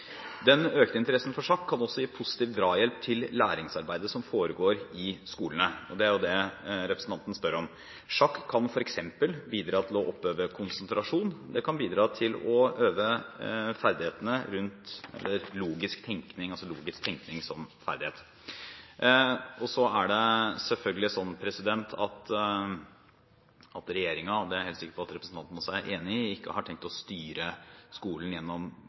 Den økte interessen for sjakk kan også gi positiv drahjelp til læringsarbeidet som foregår i skolene, og det er jo det representanten spør om. Sjakk kan f.eks. bidra til å oppøve konsentrasjon, og det kan bidra til å øve logisk tenkning som ferdighet. Så er det selvfølgelig slik at regjeringen – og det er jeg helt sikker på at representanten også er enig i – ikke har tenkt å styre skolen gjennom